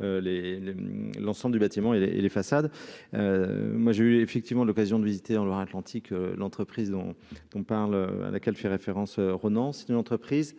les les l'ensemble du bâtiment et et les façades, moi j'ai eu effectivement l'occasion de visiter en Loire-Atlantique, l'entreprise dont on parle à laquelle fait référence Ronan, c'est une entreprise